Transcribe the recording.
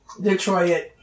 Detroit